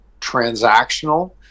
transactional